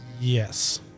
Yes